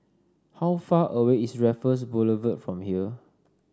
how far away is Raffles Boulevard from here